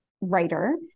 writer